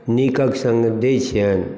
नीकक संग दै छियनि